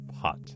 pot